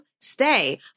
stay